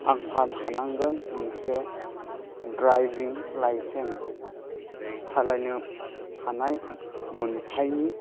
आंहा थानांगोन मोनसे ड्राइभिं लाइसेन्स सालायनो हानाय मोन्थाइनि